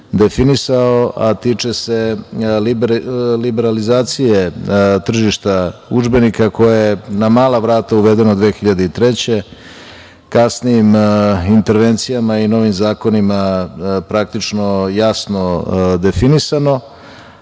definisao, a tiče se liberalizacije tržišta udžbenika, koja je na mala vrata uvedena 2003. godine. Kasnijim intervencijama i novim zakonima je praktično jasno definisano,